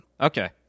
Okay